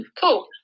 Cool